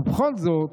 ובכל זאת,